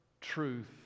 truth